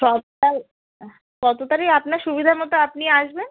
সকাল কত তারিখ আপনার সুবিধা মতো আপনি আসবেন